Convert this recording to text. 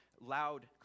loud